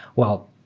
well,